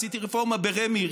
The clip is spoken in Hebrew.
עשיתי רפורמה ברמ"י,